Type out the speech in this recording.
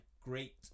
great